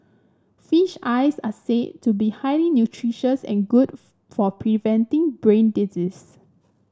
fish eyes are said to be highly nutritious and good for preventing brain disease